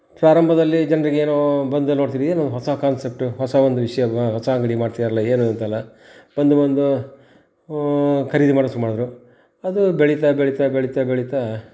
ಪ್ರಾರಂಭದಲ್ಲಿ ಜನರಿಗೇನೋ ಬಂದು ನೋಡ್ತಿರಿ ಏನು ಹೊಸಾ ಕಾನ್ಸೆಪ್ಟ್ ಹೊಸಾ ಒಂದು ವಿಷಯ ಅಲ್ವಾ ಹೊಸಾ ಅಂಗಡಿ ಮಾಡ್ತಿದಾರಲ್ಲಾ ಏನು ಅಂತಲ್ಲಾ ಬಂದು ಬಂದೂ ಖರೀದಿ ಮಾಡೋಕೆ ಶುರು ಮಾಡಿದ್ರು ಅದು ಬೆಳಿತಾ ಬೆಳಿತಾ ಬೆಳಿತಾ ಬೆಳಿತಾ